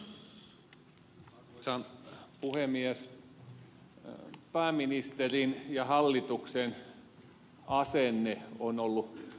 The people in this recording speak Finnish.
pääministerin ja hallituksen asenne on ollut pelottava